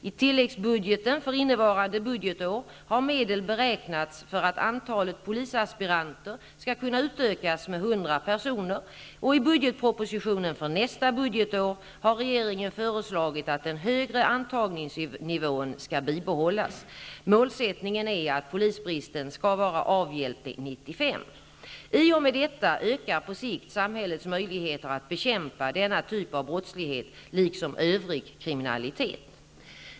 I tilläggsbudgeten för innevarande budgetår har medel beräknats för att antalet polisaspiranter skall kunna utökas med 100 personer, och i budgetpropositionen för nästa budgetår har regeringen föreslagit att den högre antagningsnivån skall bibehållas. Målsättningen är att polisbristen skall vara avhjälpt år 1995. I och med detta ökar på sikt samhällets möjligheter att bekämpa denna typ av brottslighet liksom övrig kriminalitet.